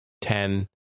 ten